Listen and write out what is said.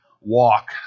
walk